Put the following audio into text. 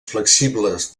flexibles